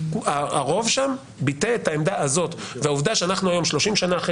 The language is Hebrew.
הרוב שם ביטא את העמדה הזאת והעובדה שאנחנו היום 30 שנים אחרי